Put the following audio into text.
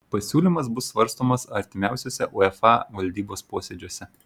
pasiūlymas bus svarstomas artimiausiuose uefa valdybos posėdžiuose